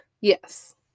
Yes